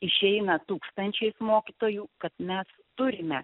išeina tūkstančiais mokytojų kad mes turime